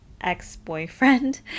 ex-boyfriend